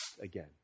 again